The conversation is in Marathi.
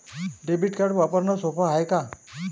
डेबिट कार्ड वापरणं सोप हाय का?